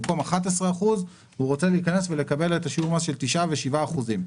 במקום 11 אחוזים הוא רוצה להיכנס ולקבל את שיעור המס של 9 ו-7 אחוזים.